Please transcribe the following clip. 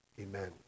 amen